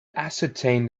ascertain